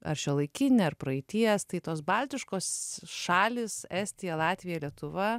ar šiuolaikinė ar praeities tai tos baltiškos šalys estija latvija lietuva